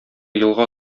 елга